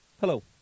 hello